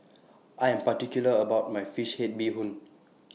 I Am particular about My Fish Head Bee Hoon